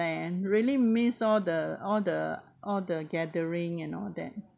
really miss all the all the all the gathering and all that